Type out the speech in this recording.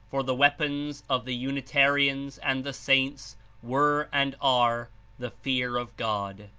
for the weapons of the unitarians and the saints were and are the fear of god.